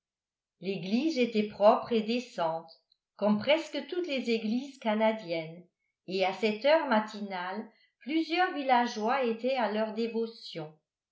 l'église était propre et décente comme presque toutes les églises canadiennes et à cette heure matinale plusieurs villageois étaient à leurs dévotions